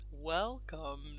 Welcome